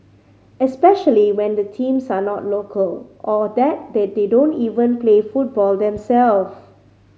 especially when the teams are not local or that they they don't even play football themselves